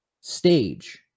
stage